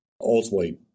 ultimately